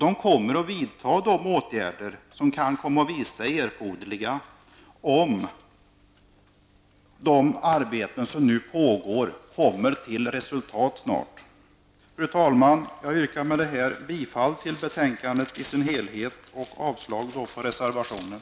Man kommer att vidta de åtgärder som kan komma att visa sig erforderliga om de arbeten som nu pågår snart kommer till ett resultat. Fru talman! Jag yrkar med det här bifall till utskottets hemställen i dess helhet och avslag på reservationen.